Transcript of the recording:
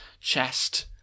chest